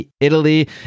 Italy